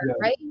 right